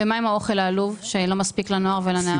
ומה עם האוכל העלוב שלא מספיק לנוער ולנערים?